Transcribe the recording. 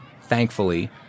Thankfully